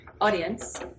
audience